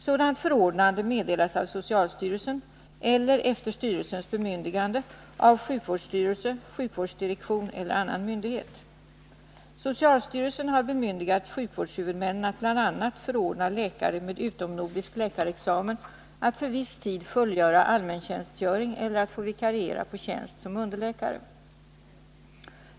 Sådant förordnande meddelas av socialstyrelsen eller efter styrelsens bemyndigande av sjukvårdsstyrelse, sjukvårdsdirektion eller annan myndighet. rexamen att för viss tid fullgöra allmäntjänstgöring eller att vikariera på tjänst som underläkare.